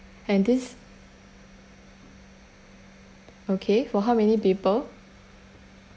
and this okay for how many people